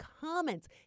comments